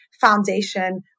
foundation